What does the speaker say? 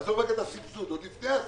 עזוב רגע את הסבסוד, עוד לפני הסבסוד.